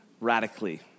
radically